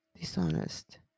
dishonest